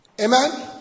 Amen